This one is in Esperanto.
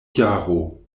jaro